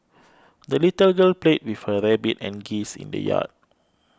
the little girl played with her rabbit and geese in the yard